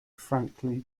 frankly